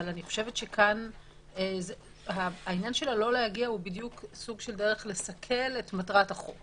אבל אני חושבת שהעניין של לא להגיע הוא סוג של דרך לסכל את מטרת החוק